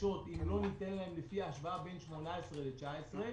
קשות אם לא ניתן להם לפי ההשוואה בין 18' ל-19'.